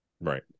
Right